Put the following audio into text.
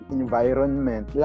environment